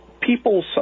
people